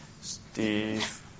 Steve